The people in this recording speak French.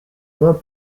mains